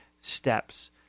steps